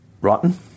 rotten